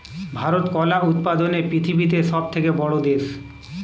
ভারত কলা উৎপাদনে পৃথিবীতে সবথেকে বড়ো দেশ